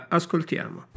ascoltiamo